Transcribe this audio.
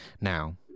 Now